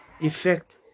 effect